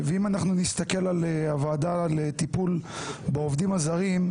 אם אנחנו נסתכל על הוועדה לטיפול בעובדים הזרים,